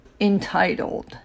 entitled